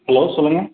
hello சொல்லுங்க